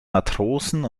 matrosen